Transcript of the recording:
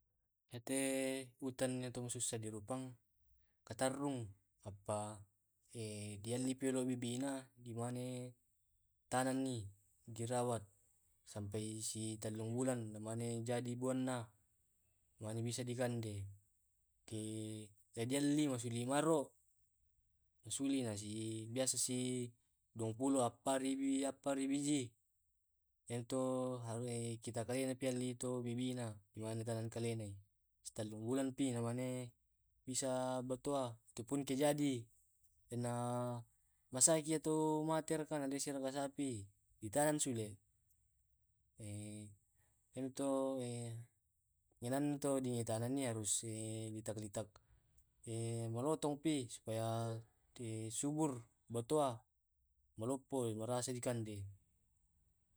Yate utan yamto susa di rupang katarrung, apa dialli pi dolo bibina dimane tanangi, dirawat, sampai si tellung wulan eleng mane jadi buanna, mane bisa dikande, ke kedialli masuli mua ro masuli masi biasa si duampulo, appari appariwi biji. Iyamto kita kae na pialli to bibina na ditaneng kalena. Si tellu wuleng pi na mane, bisa batua itupun ke jadi ana masaki iyamtu maturka na disuka masapi, ditaneng sule eh iyamto iyamuto ditanengki harus e ditali tak malotong pi supaya subur batua maloppoi marasa dikande.